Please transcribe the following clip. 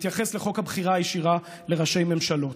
מתייחס לחוק הבחירה הישירה לראשי ממשלות.